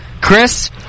Chris